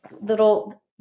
little